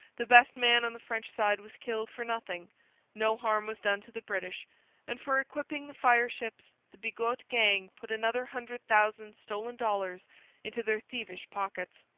the best man on the french side was killed for nothing no harm was done to the british and for equipping the fireships the bigot gang put another hundred thousand stolen dollars into their thievish pockets.